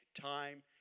time